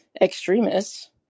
extremists